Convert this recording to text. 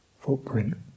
footprint